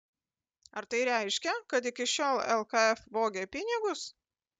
ar tai reiškia kad iki šiol lkf vogė pinigus